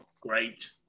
Great